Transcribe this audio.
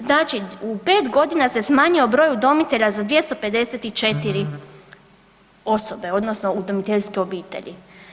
Znači u pet godina se smanjio broj udomitelja za 254 osobe odnosno udomiteljske obitelji.